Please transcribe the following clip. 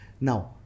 Now